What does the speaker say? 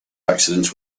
accidents